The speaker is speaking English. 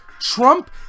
Trump